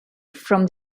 from